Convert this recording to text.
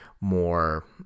more